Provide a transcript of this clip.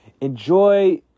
Enjoy